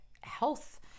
health